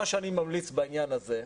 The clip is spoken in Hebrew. מה שאני ממליץ בעניין הזה,